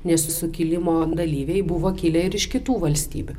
nes sukilimo dalyviai buvo kilę ir iš kitų valstybių